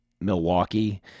Milwaukee